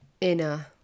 inner